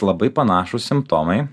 labai panašūs simptomai